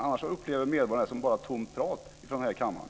Annars upplever medborgarna det som bara tomt prat från den här kammaren.